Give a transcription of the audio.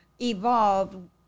evolved